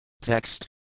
Text